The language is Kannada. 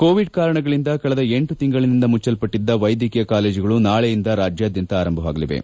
ಕೋವಿಡ್ ಕಾರಣಗಳಿಂದ ಕಳೆದ ಎಂಟು ತಿಂಗಳಿನಿಂದ ಮುಚ್ಚಲ್ಪಟ್ಟೆದ್ದ ವೈದ್ಯಕೀಯ ಕಾಲೇಜುಗಳು ನಾಳೆಯಿಂದ ರಾಜ್ಯಾದ್ಯಂತ ಆರಂಭವಾಗಲಿವೆ